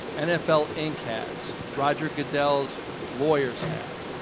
nfl inc. has, roger goodell's lawyers have,